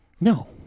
No